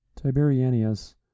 Tiberianius